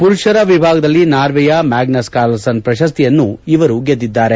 ಪುರುಷರ ವಿಭಾಗದಲ್ಲಿ ನಾರ್ವೆಯ ಮ್ಯಾಗ್ನಸ್ ಕಾರ್ಲ್ಸನ್ ಪ್ರಶಸ್ತಿ ಗೆದ್ದಿದ್ದಾರೆ